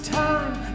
time